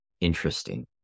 interesting